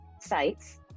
sites